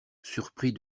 surpris